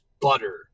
butter